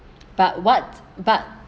but what but